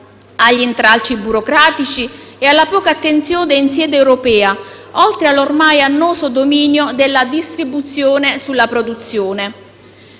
agli intralci burocratici e alla poca attenzione in sede europea, oltre all'ormai annoso dominio della distribuzione sulla produzione.